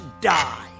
die